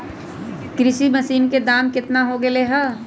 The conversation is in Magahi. कृषि मशीन के दाम कितना हो गयले है?